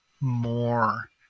more